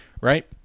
right